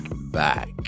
back